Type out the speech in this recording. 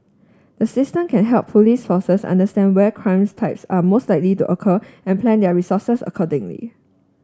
the system can help police forces understand where crimes types are most likely to occur and plan their resources accordingly